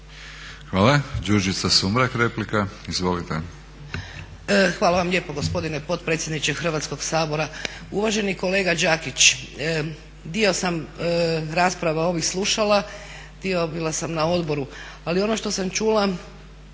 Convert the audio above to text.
Izvolite. **Sumrak, Đurđica (HDZ)** Hvala vam lijepo gospodine potpredsjedniče Hrvatskog sabora. Uvaženi kolega Đakić, dio sam rasprava ovih slušala, dio bila sam na odboru ali ono što sam čula,